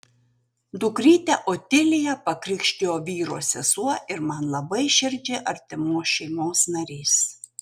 dukrytę otiliją pakrikštijo vyro sesuo ir man labai širdžiai artimos šeimos narys